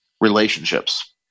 relationships